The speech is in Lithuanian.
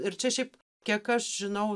ir čia šiaip kiek aš žinau